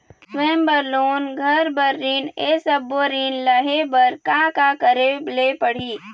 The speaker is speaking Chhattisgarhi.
स्वयं बर लोन, घर बर ऋण, ये सब्बो ऋण लहे बर का का करे ले पड़ही?